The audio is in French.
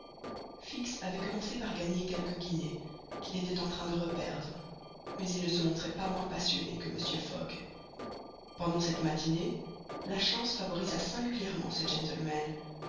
fix avait commencé par gagner quelques guinées qu'il était en train de reperdre mais il ne se montrait pas moins passionné que mr fogg pendant cette matinée la chance favorisa singulièrement ce gentleman